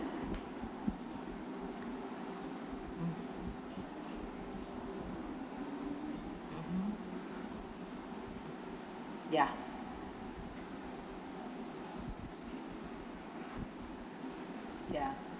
mm ya ya